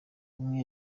umwe